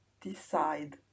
DECIDE